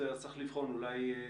צדק חלוקתי ששינה את המאזן.